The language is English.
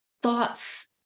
thoughts